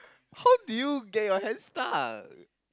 how do you get your hand stuck